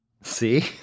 See